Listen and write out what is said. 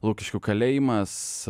lukiškių kalėjimas